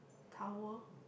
towel